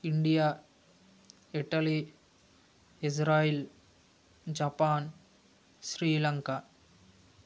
India Italy Israel Japan Sri Lanka